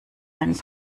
einen